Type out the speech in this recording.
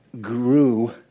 grew